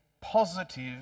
positive